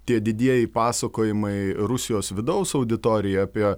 tie didieji pasakojimai rusijos vidaus auditorija apie